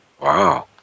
Wow